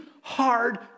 hard